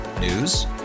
News